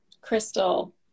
crystal